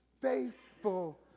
faithful